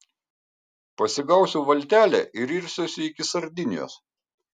pasigausiu valtelę ir irsiuosi iki sardinijos